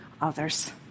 others